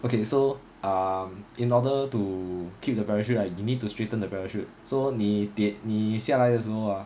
okay so um in order to keep the parachute right you need to straighten the parachute so 你跌你下来的时候 ah